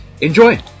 Enjoy